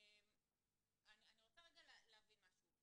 אני רוצה להבין משהו.